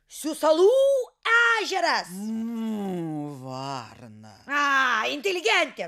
siūsalų ežeras a inteligentė